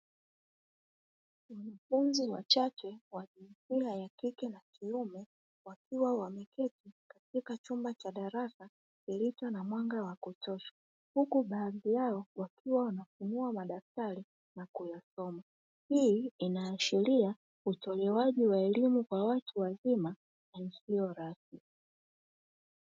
Wanafunzi wachache wajinsia ya kike na kiume wakiwa wameketi katika chumba cha darasa kilicho na mwanga wa kutosha, huku baadhi yao wakiwa wanafungua madaftari na kuyasoma. Hii inaashiria utolewaji wa elimu kwa watu wazima isiyo rasmi.